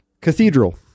cathedral